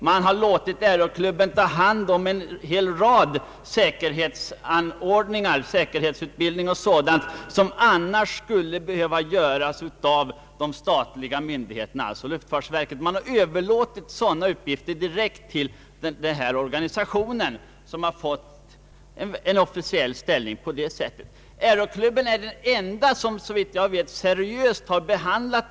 Man har låtit Aeroklubben bedriva säkerhetsutbildning o.d. som annars skulle behöva göras av statliga myndigheter, alltså luftfartsverket. Man har överlåtit sådana uppgifter direkt till denna organisation och givit anslag för detta. Aeroklubben är, såvitt jag vet, den enda organisation som seriöst har utrett dessa frågor.